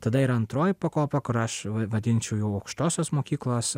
tada yra antroji pakopa kur aš vadinčiau jau aukštosios mokyklos